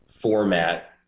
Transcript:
format